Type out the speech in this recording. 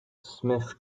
smith